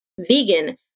vegan